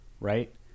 Right